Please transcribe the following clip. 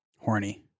Horny